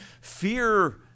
fear